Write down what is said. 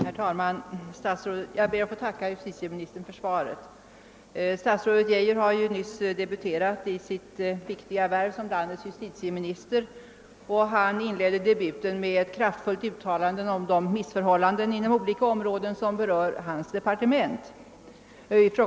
Herr talman! Jag ber att få tacka justitieministern för svaret på min fråga. Statsrådet Geijer har nyss debuterat i sitt viktiga värv som landets justitieminister, och han inledde debuten med ett kraftfullt uttalande om de missförhållanden som råder på olika områden inom hans departement.